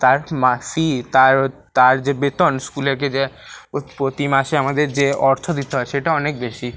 তার মা ফি তার তার যে বেতন স্কুলেকে যে প্রতি মাসে আমাদের যে অর্থ দিতে হয় সেটা অনেক বেশি